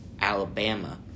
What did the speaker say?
Alabama